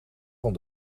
van